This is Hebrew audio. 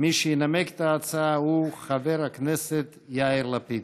מי שינמק את ההצעה הוא חבר הכנסת יאיר לפיד.